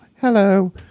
hello